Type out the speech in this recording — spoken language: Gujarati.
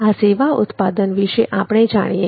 આ સેવા ઉત્પાદન વિશે જાણીએ